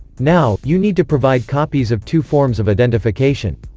now, you need to provide copies of two forms of identification.